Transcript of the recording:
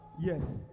Yes